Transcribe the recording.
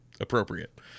appropriate